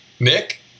Nick